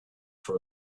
for